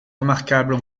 remarquables